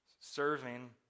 serving